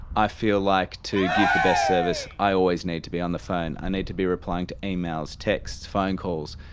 i feel like to give the best service i always need to be on the phone, i need to be replying to emails, texts, phone calls.